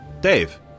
Dave